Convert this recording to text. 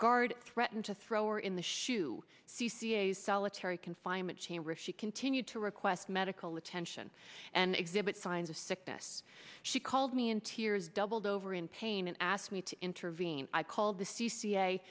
guard threatened to throw or in the shoe c c a solitary confinement chamber if she continued to request medical attention and exhibit signs of sickness she called me in tears doubled over in pain and asked me to intervene i called the c